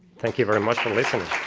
thank you very much for listening.